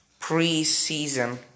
preseason